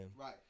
Right